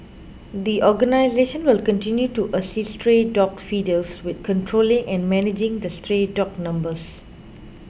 the organisation will continue to assist stray dog feeders with controlling and managing the stray dog numbers